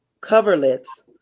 coverlets